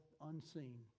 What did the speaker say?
unseen